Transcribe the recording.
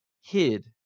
hid